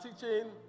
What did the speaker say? teaching